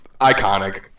iconic